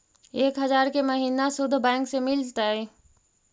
एक हजार के महिना शुद्ध बैंक से मिल तय?